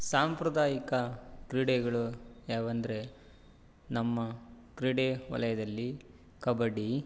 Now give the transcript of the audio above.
ಸಾಂಪ್ರದಾಯಿಕ ಕ್ರೀಡೆಗಳು ಯಾವಂದರೆ ನಮ್ಮ ಕ್ರೀಡೆ ವಲಯದಲ್ಲಿ ಕಬಡ್ಡಿ